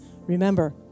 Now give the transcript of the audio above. Remember